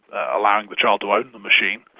allowing the child to own the machine,